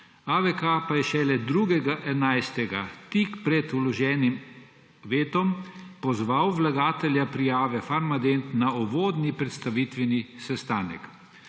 AVK pa je šele 2. 11., tik pred vloženim vetom, pozval vlagatelja prijave Farmadent na uvodni predstavitveni sestanek.